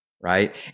Right